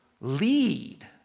lead